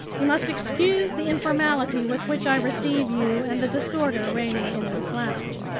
you must excuse the informality with which i receive you, and the disorder reigning in this lounge.